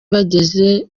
bageze